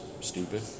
stupid